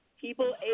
people